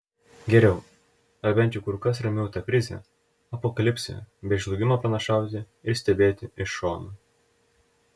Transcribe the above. geriau ar bent jau kur kas ramiau tą krizę apokalipsę bei žlugimą pranašauti ir stebėti iš šono